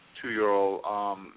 Two-year-old